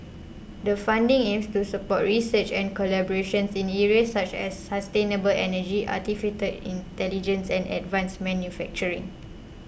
the funding aims to support research and collaborations in areas such as sustainable energy Artificial Intelligence and advanced manufacturing